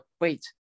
wait